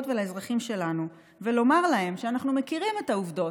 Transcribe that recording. ולאזרחים שלנו ולומר להם שאנחנו מכירים את העובדות,